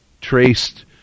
traced